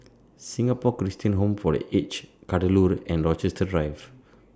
Singapore Christian Home For The Aged Kadaloor and Rochester Drive